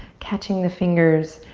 catching the fingers,